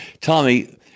Tommy –